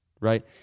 right